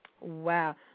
Wow